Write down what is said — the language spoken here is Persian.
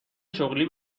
شغلی